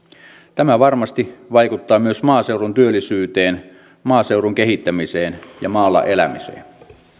tämä varmasti vaikuttaa myös maaseudun työllisyyteen maaseudun kehittämiseen ja maalla elämiseen